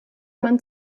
man